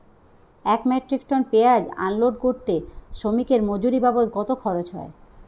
এক metric ton পেঁয়াজ unload করতে শ্রমিকের মজুরি বাবদ কত খরচ হয়?